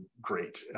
great